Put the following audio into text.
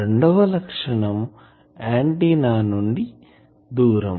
రెండవ లక్షణం ఆంటిన్నా నుండి దూరం